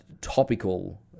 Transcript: topical